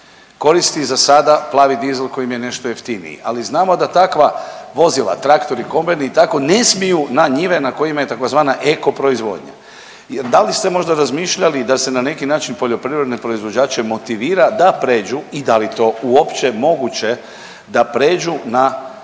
koristi za sada plavi dizel koji im je nešto jeftiniji, ali znamo da takva vozila traktori, kombajni i tako ne smiju na njive na kojima je tzv. eko proizvodnja. Da li ste možda razmišljali da se na neki način poljoprivredne proizvođače motivira da pređu i da li je to uopće moguće, da pređu na pogon